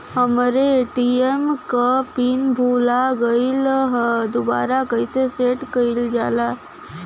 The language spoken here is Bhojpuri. हमरे ए.टी.एम क पिन भूला गईलह दुबारा कईसे सेट कइलजाला?